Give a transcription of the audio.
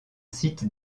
site